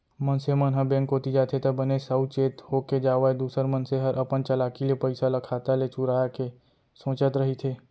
मनसे मन ह बेंक कोती जाथे त बने साउ चेत होके जावय दूसर मनसे हर अपन चलाकी ले पइसा ल खाता ले चुराय के सोचत रहिथे